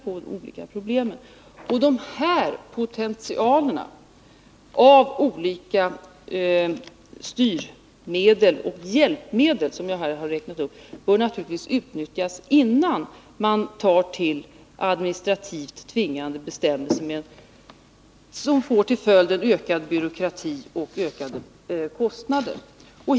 De potentialer av olika styrmedel och hjälpmedel som jag här har räknat upp bör naturligtvis utnyttjas innan man tar till administrativt tvingande bestämmelser, som får till följd ökad byråkrati och ökade kostnader.